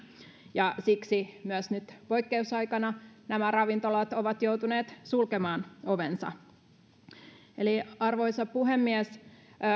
ja siksi myös nyt poikkeusaikana nämä ravintolat ovat joutuneet sulkemaan ovensa arvoisa puhemies